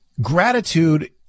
Gratitude